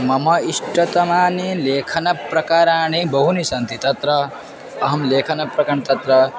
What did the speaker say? मम इष्टतमानि लेखनप्रकाराणि बहूनि सन्ति तत्र अहं लेखनप्रकं तत्र